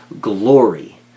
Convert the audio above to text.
glory